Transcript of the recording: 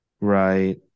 Right